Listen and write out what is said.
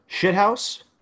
shithouse